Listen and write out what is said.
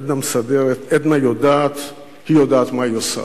עדנה מסדרת, עדנה יודעת, היא יודעת מה היא עושה.